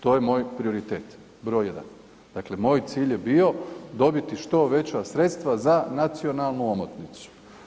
To je moj prioritet, broj 1. Dakle, moj cilj je bio dobiti što veća sredstva za nacionalnu omotnicu.